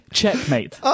checkmate